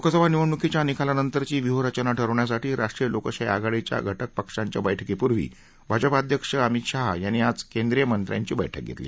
लोकसभा निवडणूकीच्या निकालानंतरची व्यूहरचना ठरवण्यासाठी राष्ट्रीय लोकशाही आघाडीच्या घटक पक्षांत बैठकीपूर्वी भाजपा अध्यक्ष अमीत शहा यांनी आज केंद्रीय मंत्र्यांची बैठक घेतली